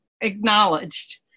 acknowledged